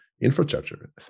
infrastructure